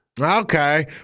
Okay